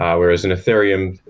whereas an ethereum,